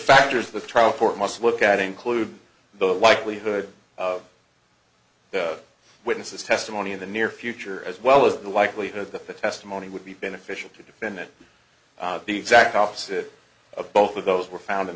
factors the trial court must look at include the likelihood of witnesses testimony in the near future as well as the likelihood that the testimony would be beneficial to defend it the exact opposite of both of those were found in